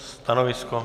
Stanovisko?